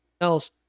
else